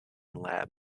lab